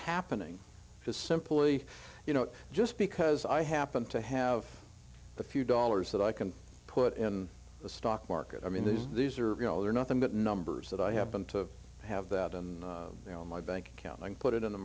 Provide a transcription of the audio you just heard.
happening just simply you know just because i happen to have a few dollars that i can put in the stock market i mean these these are you know they're nothing but numbers that i have been to have that in my bank account and put it in the